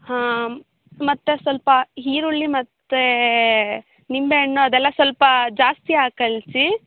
ಹಾನ್ ಮತ್ತೆ ಸ್ವಲ್ಪ ಈರುಳ್ಳಿ ಮತ್ತೆ ನಿಂಬೆಹಣ್ಣು ಅದೆಲ್ಲ ಸ್ವಲ್ಪ ಜಾಸ್ತಿ ಹಾಕ್ಕಳ್ಸಿ